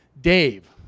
Dave